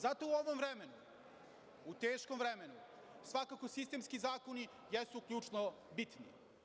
Zato u ovom vremenu, u teškom vremenu, svakako sistemski zakoni jesu ključno bitni.